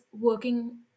working